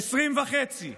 20.5;